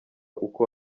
uko